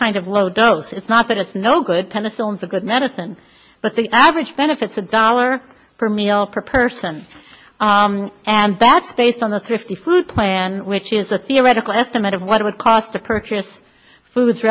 kind of low dose it's not that it's no good penicillin is a good medicine but the average benefits a dollar per meal per person and that's based on the thrifty food plan which is a theoretical estimate of what it would cost to purchase foods